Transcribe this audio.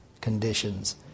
conditions